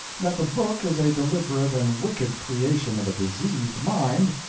that the book is a deliberate and wicked creation of a diseased mind,